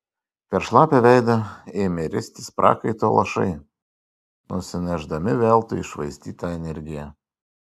per šlapią veidą ėmė ristis prakaito lašai nusinešdami veltui iššvaistytą energiją